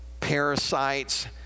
Parasites